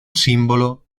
símbolo